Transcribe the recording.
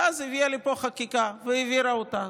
ואז הביאה לפה חקיקה והעבירה אותה.